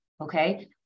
okay